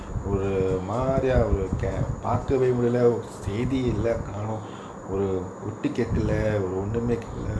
ஒரு மாரியா ஒரு:oru maariyaa oru care பாக்கவே முடில ஒரு செய்தியெல்லா கண்ணு ஒரு ஒட்டு கேகல ஒரு ஒன்னுமே கேகல:paakavae mudila oru seithiyellaa kannu oru ottu kekalae oru onnumae kekala